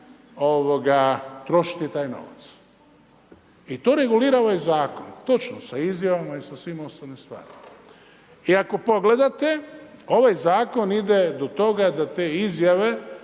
trošiti taj novac. I to regulira ovaj zakon, točno sa izjavama i sa svim ostalim stvarima. I ako pogledate ovaj zakon ide do toga da te izjave